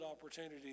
opportunity